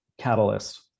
catalyst